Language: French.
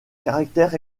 caractère